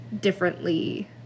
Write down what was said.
differently